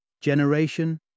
generation